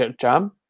jam